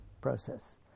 process